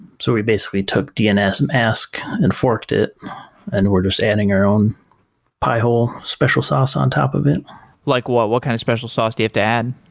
so we basically took dns mask and forked it and we're just adding our own pi-hole special sauce on top of it like what? what kind of special sauce do you have to add?